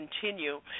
continue